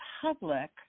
public